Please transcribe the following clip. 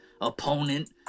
opponent